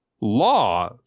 Law